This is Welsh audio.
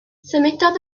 symudodd